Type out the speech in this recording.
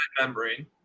membrane